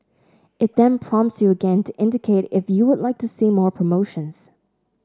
it then prompts you again to indicate if you would like to see more promotions